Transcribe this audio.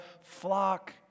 flock